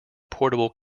portable